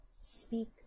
speak